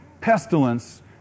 pestilence